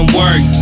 work